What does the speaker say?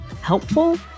helpful